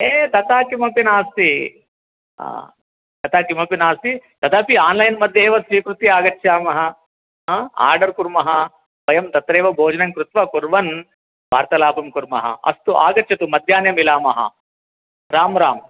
ये तथा किमपि नास्ति तथा किमपि नास्ति तदपि आन्लैन् मध्ये एव स्वीकृत्य आगच्छामः आर्डर् कुर्मः वयं तत्रैव भोजनं कृत्वा कुर्वन् वार्तालापं कुर्मः अस्तु आगच्छतु मध्याह्णे मिलामः राम् राम्